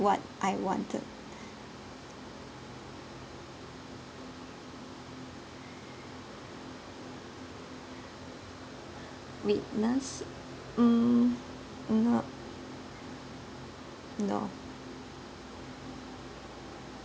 what I wanted mm not no